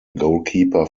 goalkeeper